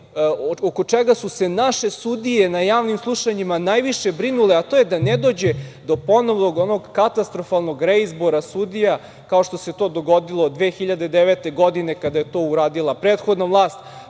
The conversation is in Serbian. oko čega su se naše sudije na javnim slušanjima najviše brinule, to je da ne dođe do ponovnog katastrofalnog reizbora sudija, kao što se to dogodilo 2009. godine, kada je to uradila prethodna vlast,